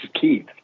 Keith